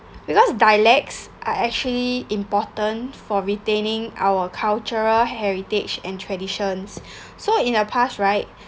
because dialects I actually important for retaining our cultural heritage and traditions so in our past right